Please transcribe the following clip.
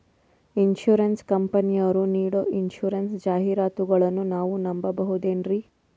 Insurance ಕಂಪನಿಯರು ನೀಡೋ insurance ಜಾಹಿರಾತುಗಳನ್ನು ನಾವು ನಂಬಹುದೇನ್ರಿ?